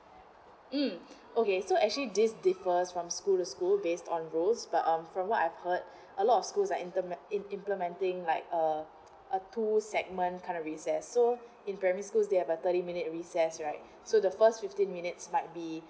um okay so actually this differs from school to school based on rules but um from what I've heard a lot of schools are implemen~ implementing like err uh two segment kind of recess so in primary schools they have about thirty minute recess right so the first fifteen minutes might be